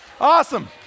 Awesome